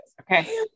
Okay